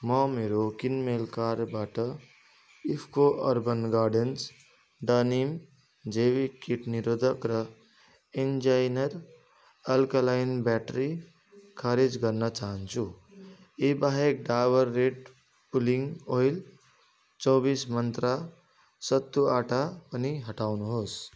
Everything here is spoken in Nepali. म मेरो किनमेल कार्टबाट इफको अर्बन गार्डेन्स डेनिम जैविक कीट निरोधक र एनर्जाइजर अल्कालाइन ब्याट्री खारेज गर्न चाहन्छु यी बाहेक डाबर रेड पुलिङ ओइल चौबिस मन्त्रा सत्तु आँटा पनि हटाउनुहोस्